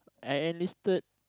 I enlisted